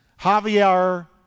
Javier